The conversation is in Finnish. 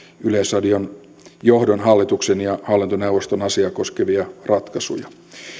yleisradion johdon hallituksen ja hallintoneuvoston asiaa koskevia ratkaisuja